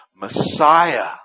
Messiah